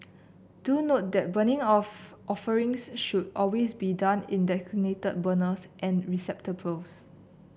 do note that burning of offerings should always be done in designated burners and receptacles